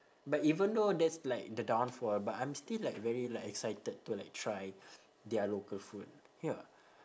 but even though that's like the downfall but I'm still like very like excited to like try their local food ya